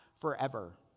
forever